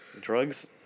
drugs